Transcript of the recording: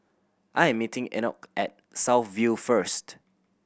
I'm meeting Enoch at South View first